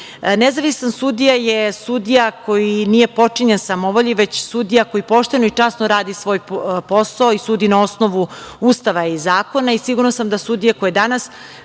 narodom. Nezavistan sudija je sudija koji nije potčinjen samovolji, već sudija koji pošteno i časno radi svoj posao i sudi na osnovu Ustava i zakona, i sigurna sam da sudije koje biramo